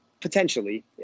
potentially